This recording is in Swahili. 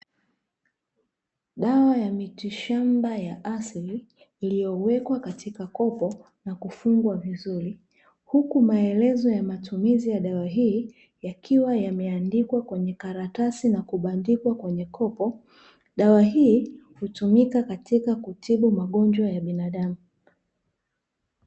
Dawa ya miti shamba ya asili iliyo wekwa katika kopo na kufungwa vizuri, huku maelezo ya matumizi ya dawa hii yakiwa yameandikwa kwenye karatasi, na kubandikwa kwenye kopo. Dawa hii hutumika katika kutibu magonjwa ya binadamu.